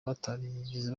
batarigeze